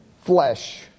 flesh